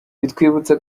bitwibutsa